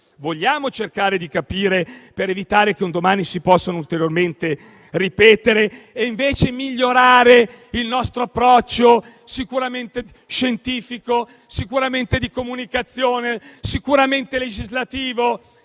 vogliamo cercare di capire tutto questo per evitare che un domani si possa ulteriormente ripetere e per migliorare il nostro approccio, sicuramente scientifico, sicuramente di comunicazione, sicuramente legislativo,